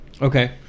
Okay